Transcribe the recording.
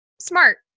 Smart